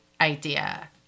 idea